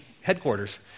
headquarters